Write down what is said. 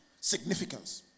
significance